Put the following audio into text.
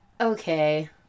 Okay